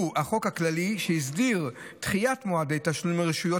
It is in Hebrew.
שהוא החוק הכללי שהסדיר דחיית מועדי תשלום לרשויות